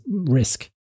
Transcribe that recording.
risk